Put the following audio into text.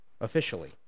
officially